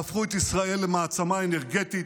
שהפכו את ישראל למעצמה אנרגטית,